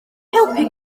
helpu